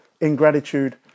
ingratitude